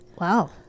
Wow